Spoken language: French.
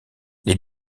les